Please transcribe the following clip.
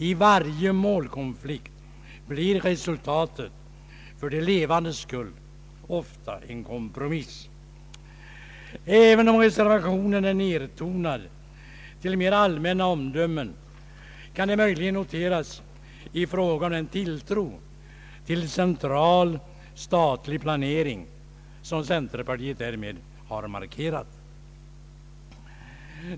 I varje målkonflikt blir resultatet, för de levandes skull, ofta en kompromiss. Även om reservationen är nedtonad till mer allmänna omdömen kan den möjligen noteras som ett bevis på den tilltro till central statlig planering som centerpartiet därmed markerat.